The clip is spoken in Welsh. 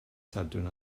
sadwrn